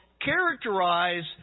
characterize